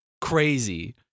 crazy